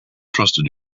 trusted